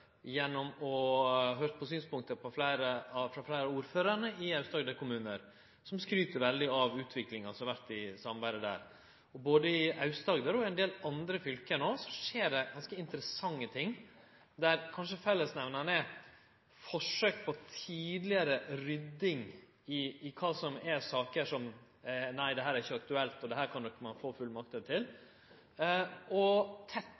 gjennom kontakt med Fylkesmannen og etter å ha høyrt synspunkta til fleire av ordførarane i Aust-Agder kommunar, som skryt veldig av utviklinga i samarbeidet der. I både Aust-Agder og ein del andre fylke skjer det ganske interessante ting, der fellesnemnaren kanskje er: forsøk på tidlegare rydding i kva som er saker der ein seier at dette ikkje er aktuelt, og kva som er saker der ein seier at dette kan ein få fullmakt til – og